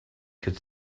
could